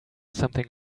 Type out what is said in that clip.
something